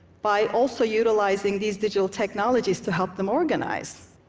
by also utilizing these digital technologies to help them organize.